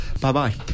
Bye-bye